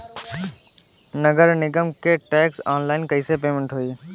नगर निगम के टैक्स ऑनलाइन कईसे पेमेंट होई?